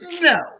no